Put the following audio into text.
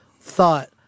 thought